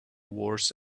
wars